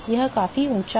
यह काफी ऊंचा है